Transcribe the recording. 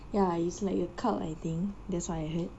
ya it's like a cult I think that's what I heard